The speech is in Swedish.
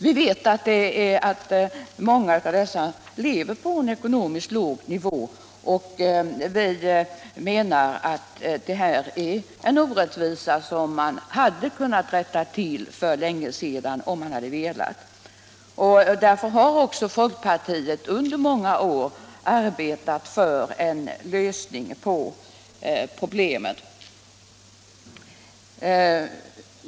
Vi vet att många av dessa personer lever på en låg ekonomisk nivå, och vi menar att detta är en orättvisa som man hade kunnat rätta till för länge sedan om man hade velat. Därför har också folkpartiet under många år arbetat för en lösning av problemet.